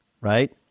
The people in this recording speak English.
right